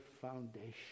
foundation